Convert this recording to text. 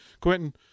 Quentin